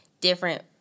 different